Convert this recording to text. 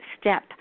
step